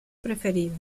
preferido